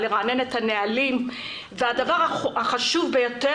לרענן את הנהלים והדבר החשוב ביותר,